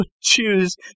choose